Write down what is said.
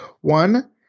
One